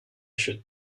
should